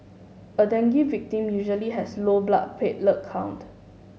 a dengue victim usually has low blood platelet count